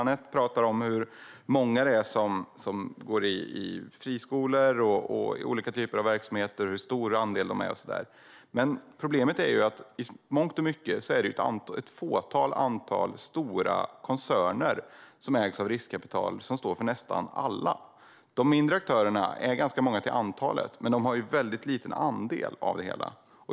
Anette pratar om hur stor andel det är som går i friskolor och i andra typer av verksamheter. Men problemet är ju att det i mångt och mycket är ett fåtal stora koncerner som ägs av riskkapital som står för nästan alla dessa verksamheter. De mindre aktörerna är ganska många till antalet, men de utgör bara en liten andel av det hela.